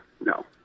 No